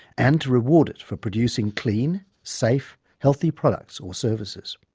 and to reward it for producing clean, safe, healthy products or services.